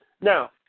Now